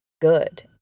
good